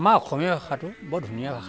আমাৰ অসমীয়া ভাষাটো বৰ ধুনীয়া ভাষা